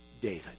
David